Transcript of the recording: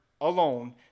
alone